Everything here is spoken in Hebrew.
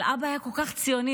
אבל אבא היה כל כך ציוני,